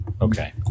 Okay